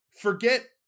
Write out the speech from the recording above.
forget